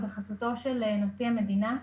ובחסותו של נשיא המדינה.